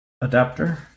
adapter